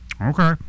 Okay